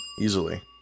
easily